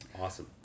awesome